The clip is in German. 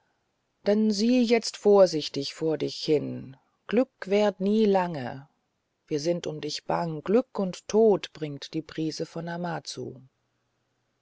dann sieh jetzt vorsichtig vor dich hin glück währt nie lang wir sind um dich bang glück und tod bringt die brise von amazu